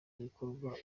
ikorwa